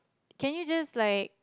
can you just like